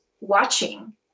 watching